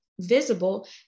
visible